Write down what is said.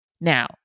Now